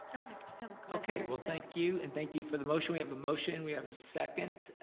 okay so okay well thank you and thank you for the motion. we have a motion, we have a second,